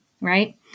Right